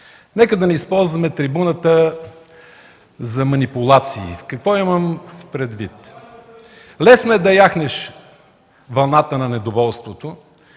нека да не използваме трибуната за манипулации. Какво имам предвид? Лесно е да яхнеш вълната на недоволството